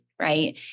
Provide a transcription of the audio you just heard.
right